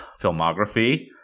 filmography